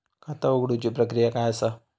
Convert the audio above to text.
खाता उघडुची प्रक्रिया काय असा?